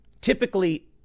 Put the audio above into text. typically